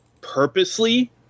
purposely